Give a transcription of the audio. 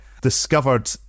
discovered